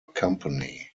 company